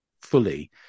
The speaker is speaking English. fully